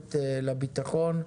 תורמת לביטחון,